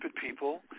people